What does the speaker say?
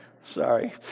Sorry